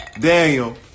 Daniel